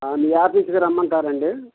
మీ ఆఫీసుకి రమ్మంటారండి